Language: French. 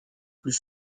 plus